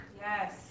Yes